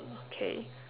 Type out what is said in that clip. okay